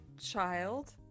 Child